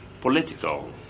political